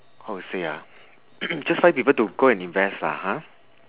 how to say ah just find people to go and invest lah ha